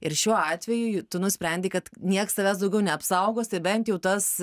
ir šiuo atveju tu nusprendei kad nieks tavęs daugiau neapsaugos tai bent jau tas